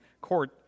court